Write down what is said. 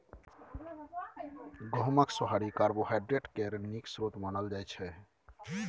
गहुँमक सोहारी कार्बोहाइड्रेट केर नीक स्रोत मानल जाइ छै